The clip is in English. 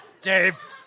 Dave